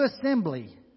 assembly